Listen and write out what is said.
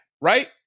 right